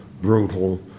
brutal